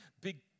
big